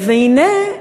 והנה,